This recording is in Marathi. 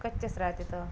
कच्चेच राहते तर